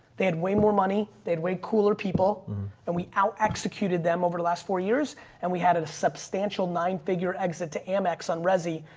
they had way more money, they'd way cooler people and we out executed them over the last four years and we had a substantial nine-figure exit to amx on rezi,